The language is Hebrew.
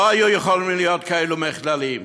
לא היו יכולים להיות כאלה מחדלים.